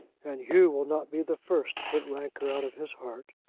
and hugh will not be the first to put rancour out of his heart,